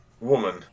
woman